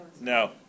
No